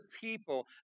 people